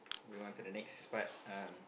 moving on to the next part um